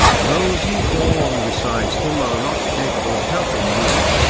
those you call on besides him are not capable of helping you.